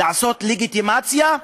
לעשות לגיטימציה.